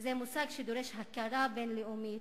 זה מושג שדורש הכרה בין-לאומית,